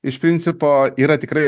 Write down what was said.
iš principo yra tikrai